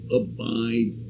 abide